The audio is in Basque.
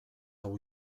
hau